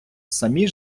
самі